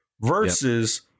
versus